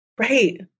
Right